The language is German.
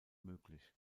möglich